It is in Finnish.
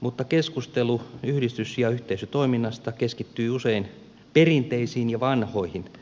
mutta keskustelu yhdistys ja yhteisötoiminnasta keskittyy usein perinteisiin ja vanhoihin toimijoihin